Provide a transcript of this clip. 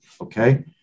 Okay